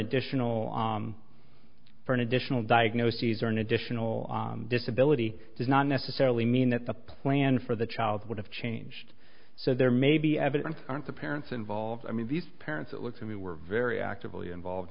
additional for an additional diagnoses or an additional disability does not necessarily mean that the plan for the child would have changed so there may be evident aren't the parents involved i mean these parents it looks we were very actively involved